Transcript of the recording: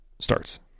starts